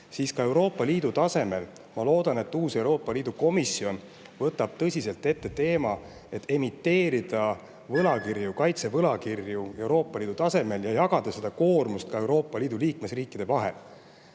Ka Euroopa Liidu tasemel, ma loodan, et uus Euroopa Komisjon võtab tõsiselt ette teema, et emiteerida võlakirju, kaitsevõlakirju Euroopa Liidu tasemel ja jagada seda koormust ka Euroopa Liidu liikmesriikide vahel.